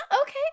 okay